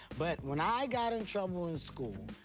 but when i got in trouble in school,